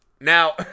Now